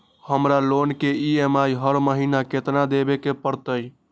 हमरा लोन के ई.एम.आई हर महिना केतना देबे के परतई?